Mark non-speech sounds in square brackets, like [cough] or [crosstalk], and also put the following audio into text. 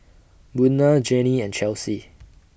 Buna Jannie and Chelsey [noise]